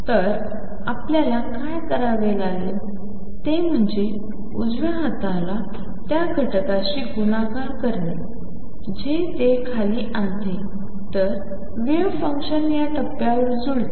तर आपल्याला काय करावे लागेल ते म्हणजे उजव्या हाताला त्या घटकाशी गुणाकार करणे जे ते खाली आणते तर वेव्ह फंक्शन या टप्प्यावर जुळते